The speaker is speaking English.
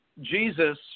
Jesus